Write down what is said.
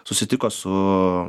susitiko su